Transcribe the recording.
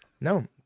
No